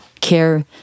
care